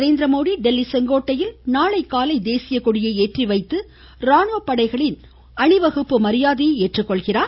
நரேந்திரமோடி டில்லி செங்கோட்டையில் நாளை காலை தேசிய கொடியை ஏற்றி வைத்து இராணுவ படைகளின் அணிவகுப்பு மரியாதையை ஏற்றுக்கொள்கிறார்